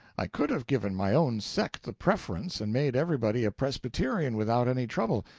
i could have given my own sect the preference and made everybody a presbyterian without any trouble,